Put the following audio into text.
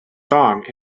song